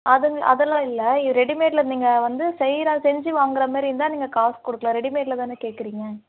அதுங் அதெல்லாம் இல்லை ரெடிமேட்டில் நீங்கள் வந்து செய்கிற செஞ்சு வாங்குகிற மாரி இருந்தால் நீங்கள் காசு கொடுக்கலாம் ரெடிமேட்டில் தானே கேட்குறீங்க